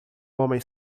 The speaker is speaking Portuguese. homem